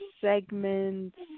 segments